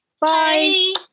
Bye